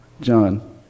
John